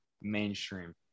mainstream